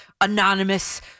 anonymous